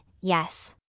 yes